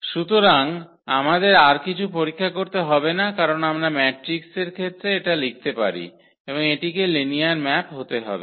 সুতরাং আমাদের আর কিছু পরীক্ষা করতে হবে না কারণ আমরা ম্যাট্রিক্সের ক্ষেত্রে এটা লিখতে পারি এবং এটিকে লিনিয়ার ম্যাপ হতে হবে